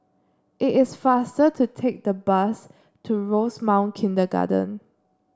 it is faster to take the bus to Rosemount Kindergarten